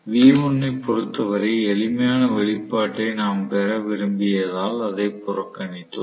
V1 ஐப் பொறுத்தவரை எளிமையான வெளிப்பாட்டை நாம் பெற விரும்பியதால் அதைப் புறக்கணித்தோம்